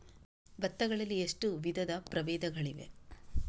ಭತ್ತ ಗಳಲ್ಲಿ ಎಷ್ಟು ವಿಧದ ಪ್ರಬೇಧಗಳಿವೆ?